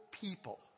people